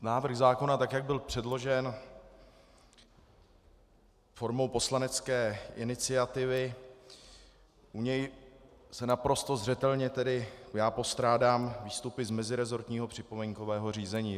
Návrh zákona, tak jak byl předložen formou poslanecké iniciativy, u něj se naprosto zřetelně tedy já postrádám výstupy z meziresortního připomínkového řízení.